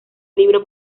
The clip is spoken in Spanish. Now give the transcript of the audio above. libro